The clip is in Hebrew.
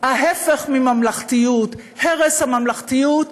ההפך מממלכתיות, הרס הממלכתיות,